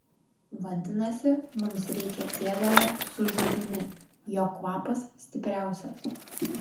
vadinasi mums reikia ėdalo su žuvimi jo kvapas stipriausias